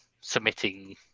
submitting